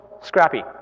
scrappy